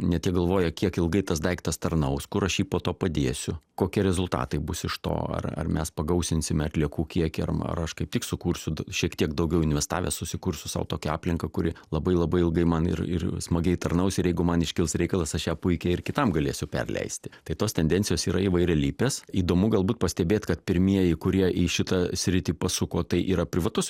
ne tiek galvoja kiek ilgai tas daiktas tarnaus kur aš jį po to padėsiu kokie rezultatai bus iš to ar ar mes pagausinsime atliekų kiekį ar aš kaip tik sukursiu šiek tiek daugiau investavęs susikursiu sau tokią aplinką kuri labai labai ilgai man ir smagiai tarnaus ir jeigu man iškils reikalas aš ją puikiai ir kitam galėsiu perleisti tai tos tendencijos yra įvairialypės įdomu galbūt pastebėt kad pirmieji kurie į šitą sritį pasuko tai yra privatus